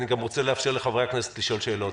אני גם רוצה לאפשר לחברי הכנסת לשאול שאלות